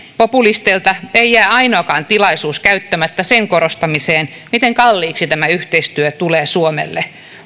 populisteilta ei jää ainoakaan tilaisuus käyttämättä sen korostamiseen miten kalliiksi tämä yhteistyö tulee suomelle